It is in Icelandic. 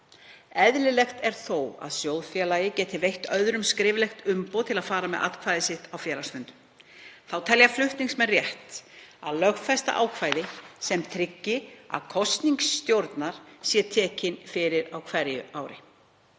Eðlilegt er þó að sjóðfélagi geti veitt öðrum skriflegt umboð til að fara með atkvæði sitt á félagsfundum. Þá telja flutningsmenn rétt að lögfesta ákvæði sem tryggi að kosning stjórnar sé tekin fyrir á hverju ári.